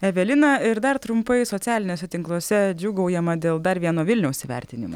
evelina ir dar trumpai socialiniuose tinkluose džiūgaujama dėl dar vieno vilniaus įvertinimo